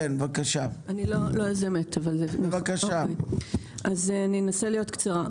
אני לא יוזמת, ואשתדל להיות קצרה.